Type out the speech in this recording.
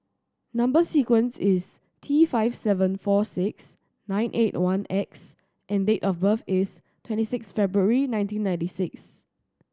number sequence is T five seven four six nine eight one X and date of birth is twenty six February nineteen ninety six